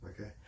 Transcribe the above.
okay